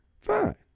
fine